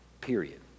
period